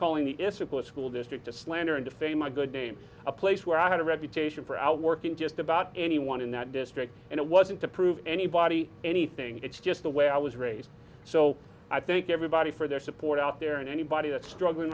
calling the issaquah school district to slander and defame my good name a place where i had a reputation for out working just about anyone in that district and it wasn't to prove anybody anything it's just the way i was raised so i thank everybody for their support out there and anybody that's struggling